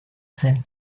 zen